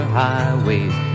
highways